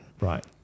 Right